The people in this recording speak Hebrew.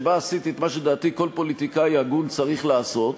שבה עשיתי את מה שלדעתי כל פוליטיקאי הגון צריך לעשות,